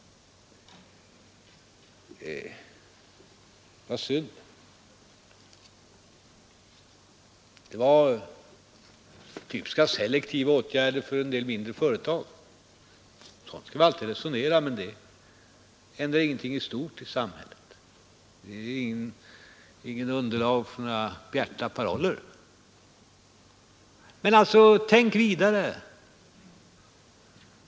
Det var synd. Det var typiska selektiva åtgärder för en del mindre företag. Sådant skall vi alltid resonera om, men det här ger ingenting i stort i samhället. Det är ingenting som hör hemma under bjärta paroller. Men tänk vidare!